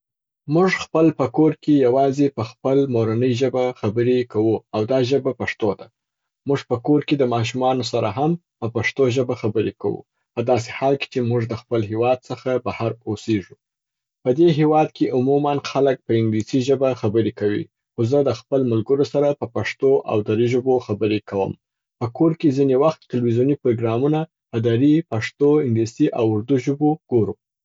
موږ خپل په کور کي یوازي په خپل مورنۍ ژبه خبري کوو او دا ژبه پښتو ده. موږ په کور کي د ماشومانو سره هم په پښتو ژبه خبري کو، په داسي حال کي چې موږ د خپل هیواد څخه بهر اوسیږو. په دې هیواد کي عموما خلګ په انګلیسي ژبه خبري کوي، خو زه د خپل ملګرو سره په پښتو او دري ژبو خبري کوم. په کور کې ځیني وخت ټلویزیوني پروګرامونه په دري، پښتو، انګلیسي او اوردو ژبو ګورو.